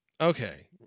okay